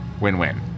win-win